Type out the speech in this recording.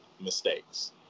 mistakes